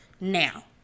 now